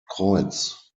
kreuz